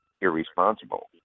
irresponsible